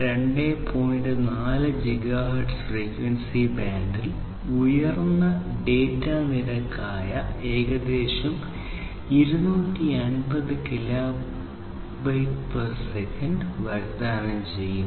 4 gigahertz frequency ബാൻഡിൽ ഉയർന്ന data നിരക്കായ ഏകദേശം 250 kbps വാഗ്ദാനം ചെയ്യുന്നു